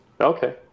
Okay